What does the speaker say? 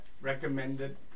recommended